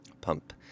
pump